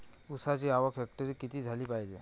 ऊसाची आवक हेक्टरी किती झाली पायजे?